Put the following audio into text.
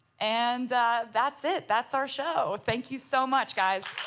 and that's it. that's our show. thank you so much, guys.